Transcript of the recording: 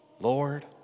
Lord